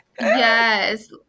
yes